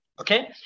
okay